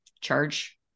charge